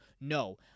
No